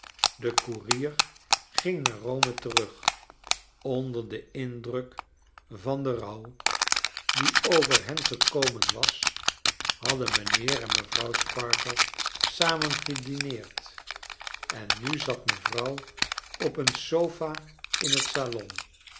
de koerier ging naar borne terug onder den indruk van den rouw die over hen gekomen was hadden mijnheer en mevrouw sparkler samen gedineerd en nu zat mevrouw op een sofa in riet salon